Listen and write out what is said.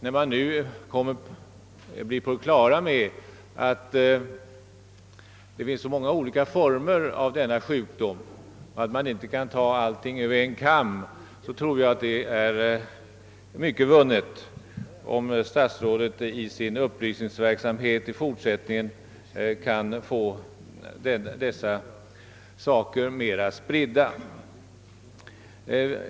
När man nu är på det klara med att det finns många olika former av denna sjukdom och att man inte kan skära alla över en kam, är enligt min mening mycket vunnet om statsrådet i sin fortsatta upplysningsverksamhet kan ge denna insikt större spridning.